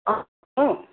অঁ অঁ